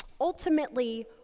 Ultimately